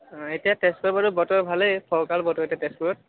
অঁ এতিয়া তেজপুৰত বাৰু বতৰ ভালেই ফৰকাল বতৰ এতিয়া তেজপুৰত